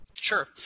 Sure